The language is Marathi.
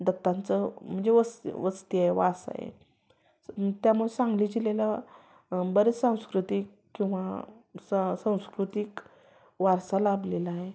दत्तांचं म्हणजे वस्त वस्ती आहे वास आहे स त्यामुळं सांगली जिल्ह्याला बरेच सांस्कृतिक किवा सा सांस्कृतिक वारसा लाभलेला आहे